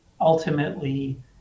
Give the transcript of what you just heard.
ultimately